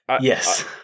Yes